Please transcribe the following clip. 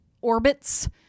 orbits